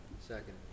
Second